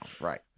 right